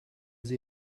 sie